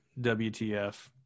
WTF